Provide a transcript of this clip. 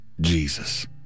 Jesus